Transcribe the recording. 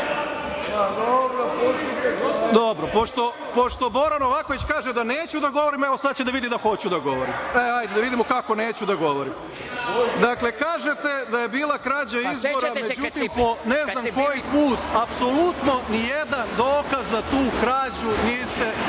Jovanov** Pošto Bora Novaković kaže da neću da govorim, evo sad će da vidi da hoću da govorim. Ajde da vidimo kako neću da govorim.4/2 MT/TĐDakle, kažete da je bila krađa izbora, međutim po ne znam koji put apsolutno ni jedan dokaz za tu krađu niste pružili.